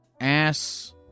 ass